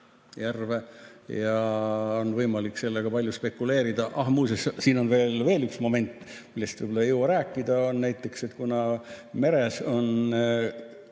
järve ja on võimalik sellega palju spekuleerida. Muuseas, siin on veel üks moment, millest võib-olla ei jõua rääkida. Näiteks, kuna merest